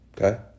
Okay